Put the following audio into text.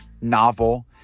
novel